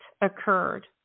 occurred